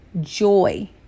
joy